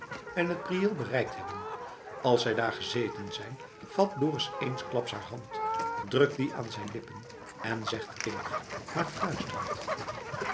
en het priëel bereikt hebben als zij daar gezeten zijn vat dorus eensklaps haar hand drukt die aan zijn lippen en zegt innig maar fluisterend